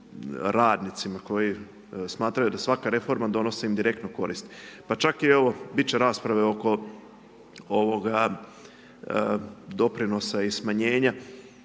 radnicima koji smatraju da svaka reforma donosi indirektnu korist. Pa čak evo bit će i rasprave oko ovoga doprinosa i smanjenja